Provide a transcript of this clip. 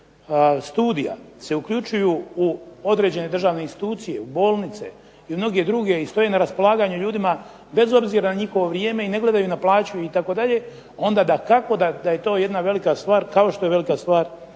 studija se uključuju u određene državne institucije, u bolnice, u mnoge druge i stoje na raspolaganju ljudima bez obzira na njihovo vrijeme i ne gledaju na plaću itd., onda dakako da je to jedna velika stvar kao što je velika stvar